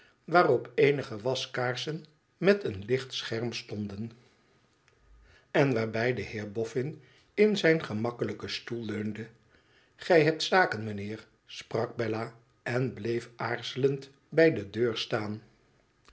waarop eenige waskaarsen met een lichtscherm stonden en waarbij de heer boffin in zijngemakkelijken stoel leunde gij hebt zaken mijnheer sprak bella en bleef aarzelend bij de deur staan